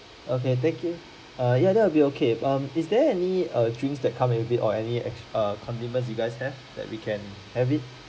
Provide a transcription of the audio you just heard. okay thank you ah ya ya that will be okay um is there any err drinks that come with it or any err compliments you guys have that we can have it